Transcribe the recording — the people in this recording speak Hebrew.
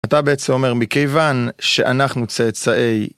אתה בעצם אומר מכיוון שאנחנו צאצאי